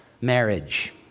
marriage